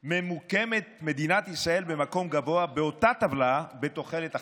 ממוקמת מדינת ישראל במקום גבוה באותה טבלה בתוחלת החיים.